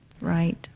Right